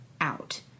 out